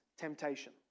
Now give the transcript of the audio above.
temptation